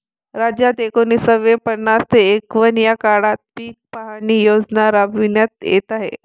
राज्यात एकोणीसशे पन्नास ते एकवन्न या काळात पीक पाहणी योजना राबविण्यात येत आहे